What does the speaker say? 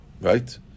right